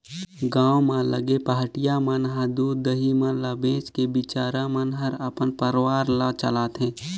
गांव म लगे पहाटिया मन ह दूद, दही मन ल बेच के बिचारा मन हर अपन परवार ल चलाथे